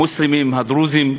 המוסלמים, הדרוזים,